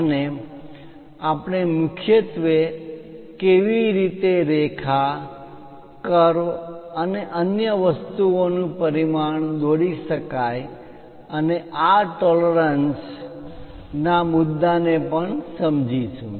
અને આપણે મુખ્યત્વે કેવી રીતે રેખા કર્વ વળાંક અને અન્ય વસ્તુઓનું પરિમાણ દોરી શકાય અને આ ટોલરન્સ પરિમાણ મા માન્ય તફાવત tolerance ના મુદ્દા ને પણ સમજીશું